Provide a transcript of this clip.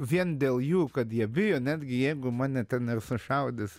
vien dėl jų kad jie bijo netgi jeigu mane ten ir sušaudys